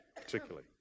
particularly